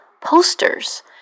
posters